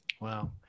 Wow